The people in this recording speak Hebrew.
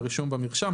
לרישום במרשם,